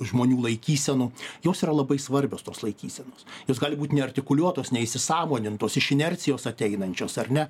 žmonių laikysenų jos yra labai svarbios tos laikysenos jos gali būt neartikuliuotos neįsisąmonintos iš inercijos ateinančios ar ne